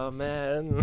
Amen